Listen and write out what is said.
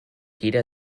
jeder